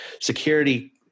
security